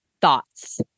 thoughts